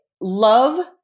love